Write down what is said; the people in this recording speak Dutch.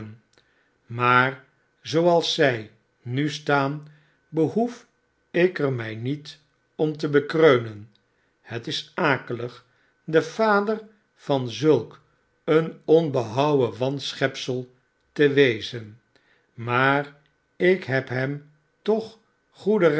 maar zooals zij nu staan behoef ik er mij niet om te bekreunen het is akelig de vader van zulk een onbehouwen wanschepsel te wezen maar ik heb hem toch goeden